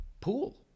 pool